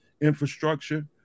infrastructure